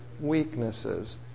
weaknesses